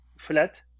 flat